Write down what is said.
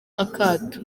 akato